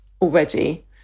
already